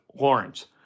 Lawrence